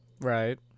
Right